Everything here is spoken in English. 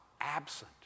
absent